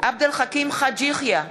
עבד אל חכים חאג' יחיא,